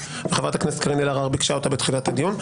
וחברת הכנסת קארין אלהרר ביקשה אותה בתחילת הדיון,